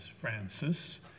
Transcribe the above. Francis